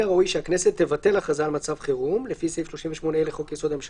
הראוי שהכנסת תבטל הכרזה על מצב חירום לפי סעיף 38 לחוק יסוד: הממשלה,